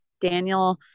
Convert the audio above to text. Daniel